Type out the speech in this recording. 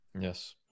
Yes